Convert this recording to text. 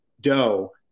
dough